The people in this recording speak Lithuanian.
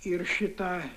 ir šitą